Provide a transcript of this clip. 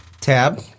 Tab